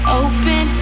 open